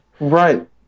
Right